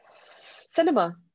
cinema